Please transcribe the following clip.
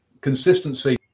consistency